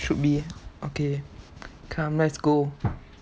should be okay come let's go